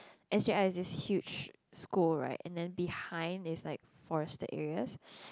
S J I is the huge school right and then behind is like forested areas